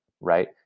right